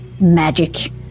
magic